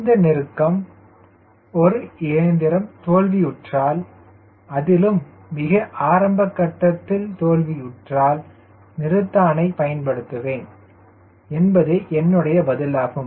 இந்த நெருக்கம் ஒரு இயந்திரம் தோல்வியுற்றால் அதிலும் மிக ஆரம்ப கட்டத்தில் தோல்வியுற்றால் நிறுத்தானை பயன்படுத்துவேன் என்பதே என்னுடைய பதிலாகும்